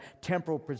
temporal